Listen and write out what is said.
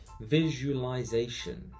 visualization